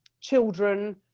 children